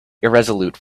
irresolute